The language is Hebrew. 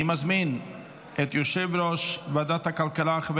אני מזמין את יושב-ראש ועדת הכלכלה חבר